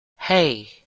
hey